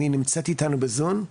אם היא נמצאת איתנו בזום.